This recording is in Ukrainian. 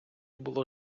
було